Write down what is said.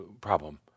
problem